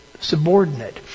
subordinate